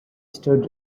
stood